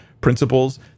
principles